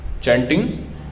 Chanting